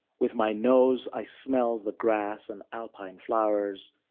with my nose, i smell the grass and alpine flowers,